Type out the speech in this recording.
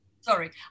sorry